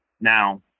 now